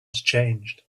changed